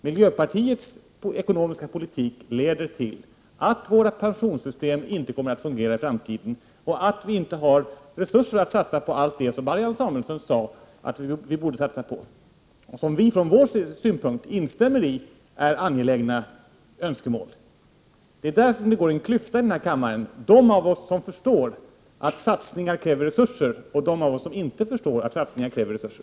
Miljöpartiets ekonomiska politik leder till att pensionssystemen inte kommer att fungera i framtiden och att det inte kommer att finnas resurser att satsa på allt det som Marianne Samuelsson sade att det borde satsas på och som vi från vår synpunkt instämmer i är angelägna önskemål. Det går en klyfta här i kammaren mellan dem av oss som förstår att satsningar kräver resurser och dem som inte förstår att satsningar kräver resurser.